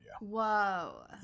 Whoa